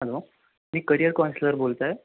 hello मी career counsellor बोलतो आहे